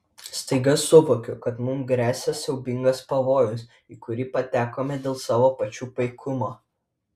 staiga suvokiu kad mums gresia siaubingas pavojus į kurį patekome dėl savo pačių paikumo